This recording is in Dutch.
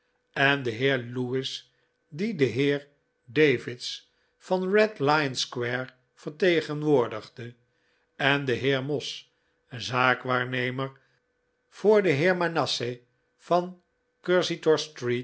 en de heer lewis die den heer davids van red lion square vertegenwoordigde en de heer moss zaakwaarnemer voor den heer manasseh van